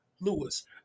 Lewis